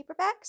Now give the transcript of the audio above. paperbacks